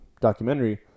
documentary